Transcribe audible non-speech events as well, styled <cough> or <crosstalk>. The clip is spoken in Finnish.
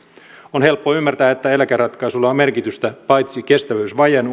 on helppo ymmärtää että eläkeratkaisuilla on merkitystä paitsi kestävyysvajeen <unintelligible>